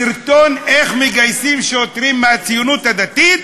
זה סרטון, איך מגייסים שוטרים מהציונות הדתית,